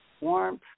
warmth